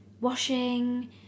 washing